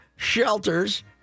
shelters